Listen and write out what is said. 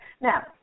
Now